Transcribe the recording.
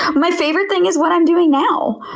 my favorite thing is what i'm doing now!